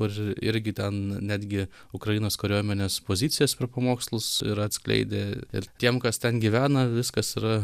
kur irgi ten netgi ukrainos kariuomenės pozicijas per pamokslus ir atskleidė ir tiem kas ten gyvena viskas yra